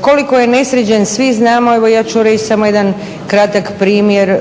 Koliko je nesređen svi znamo, evo ja ću reći samo jedan kratak primjer